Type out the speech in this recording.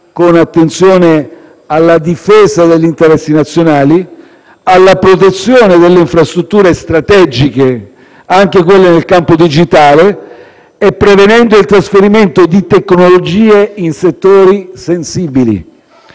con attenzione alla difesa degli interessi nazionali, alla protezione delle infrastrutture strategiche, anche quelle nel campo digitale, e prevenendo il trasferimento di tecnologie in settori sensibili.